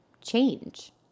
change